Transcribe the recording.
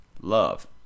love